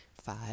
Five